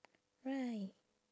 right